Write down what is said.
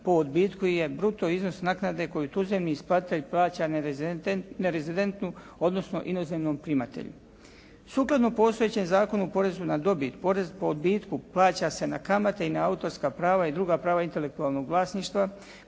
po odbitku je bruto iznos naknade koju …/Govornik se ne razumije./… plaća nerezidentnom, odnosno inozemnom primatelju. Sukladno postojećem Zakonu o porezu na dobit, odbitku, plaća se na kamate i na autorska prava i druga prava intelektualnog vlasništva